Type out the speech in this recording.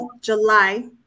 July